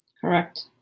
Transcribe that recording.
correct